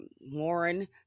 warren